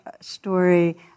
story